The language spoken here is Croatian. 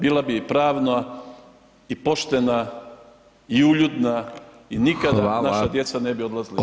Bila bi i pravna, i poštena, i uljudna i nikada naša djeca ne bi odlazila van.